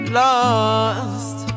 lost